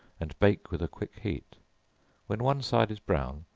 and bake with a quick heat when one side is brown,